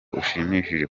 ushimishije